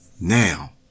Now